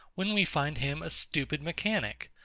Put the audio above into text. when we find him a stupid mechanic,